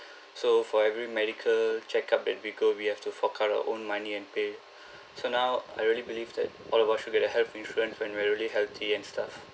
so for every medical check-up that we go we have to fork out our own money and pay so now I really believe that all of us should get a health insurance when we're really healthy and stuff